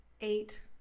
eight